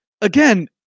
again